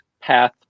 path